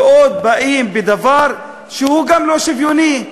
ועוד באים בדבר שגם הוא לא שוויוני.